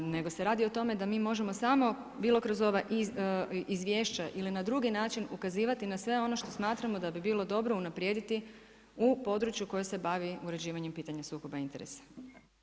Nego se radi o tome da mi možemo samo bilo kroz ova izvješća ili na drugi način ukazivati na sve ono što smatramo da bi bilo dobro unaprijediti u području koje se bavi uređivanjem pitanja sukoba interesa.